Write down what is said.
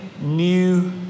New